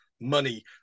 money